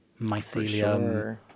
mycelium